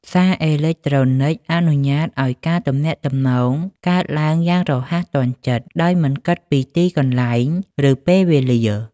សារអេឡិចត្រូនិចអនុញ្ញាតឲ្យការទំនាក់ទំនងកើតឡើងយ៉ាងរហ័សទាន់ចិត្ត ដោយមិនគិតពីទីកន្លែង ឬពេលវេលា។